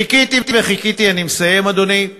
חיכיתי וחיכיתי, אני מסיים, אדוני,